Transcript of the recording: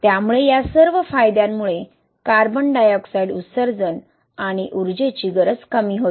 त्यामुळे या सर्व फायद्यांमुळे कार्बन डायऑक्साइड उत्सर्जन आणि ऊर्जेची गरज कमी होते